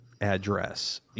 address